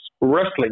wrestling